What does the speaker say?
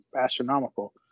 astronomical